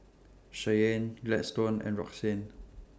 Cheyanne Gladstone and Roxane